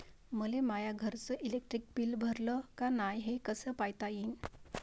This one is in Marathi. मले माया घरचं इलेक्ट्रिक बिल भरलं का नाय, हे कस पायता येईन?